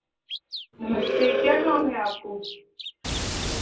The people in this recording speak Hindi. नमस्ते क्या काम है आपको